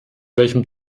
welchem